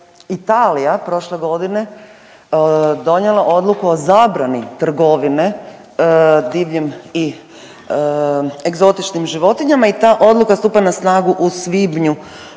Italija prošle godine donijela Odluku o zabrani trgovine divljim i egzotičnim životinjama i ta odluka stupa na snagu u svibnju